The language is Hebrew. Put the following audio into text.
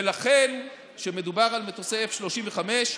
ולכן, כשמדובר על מטוסי F-35,